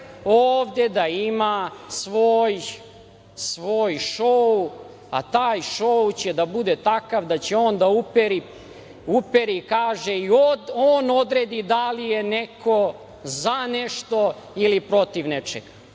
ovde da ima svoj šou, a taj šou će da bude takav da će on da uperi i kaže i on odredi da li je neko za nešto ili protiv nečega. Ovde